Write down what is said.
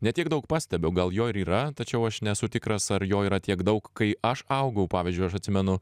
ne tiek daug pastebiu gal jo ir yra tačiau aš nesu tikras ar jo yra tiek daug kai aš augau pavyzdžiui aš atsimenu